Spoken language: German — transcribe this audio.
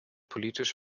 politisch